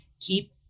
Keep